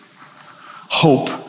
Hope